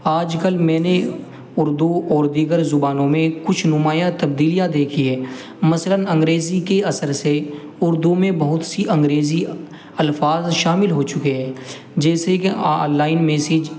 آج کل میں نے اردو اور دیگر زبانوں میں کچھ نمایاں تبدیلیاں دیکھی ہیں مثلاً انگریزی کے اثر سے اردو میں بہت سے انگریزی الفاظ شامل ہو چکے ہیں جیسے کہ آن لائن میسج